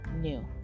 new